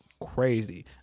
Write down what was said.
Crazy